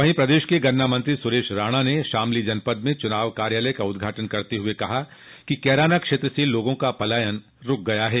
वहीं प्रदेश के गन्ना मंत्री सुरेश राणा ने शामली जनपद में चूनाव कार्यालय का उद्घाटन करते हुए कहा कि कैराना क्षेत्र से लोगों का पलायन रूक गया है